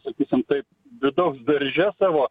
sakysim taip vidaus darže savo